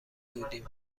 بودیم